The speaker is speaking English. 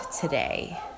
today